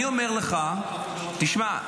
שמע,